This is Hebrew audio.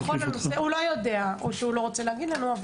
הוא לא יודע או שהוא לא רוצה להגיד לנו.